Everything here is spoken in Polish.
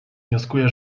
wnioskuję